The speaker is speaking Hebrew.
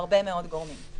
והרבה מאוד גורמים.